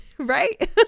Right